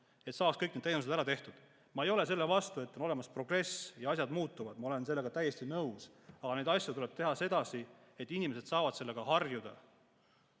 et saaks kõik taotlused ära tehtud. Ma ei ole selle vastu, et on olemas progress ja asjad muutuvad, Ma olen sellega täiesti nõus. Aga neid asju tuleb teha sedasi, et inimesed saaksid nendega harjuda.